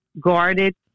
guarded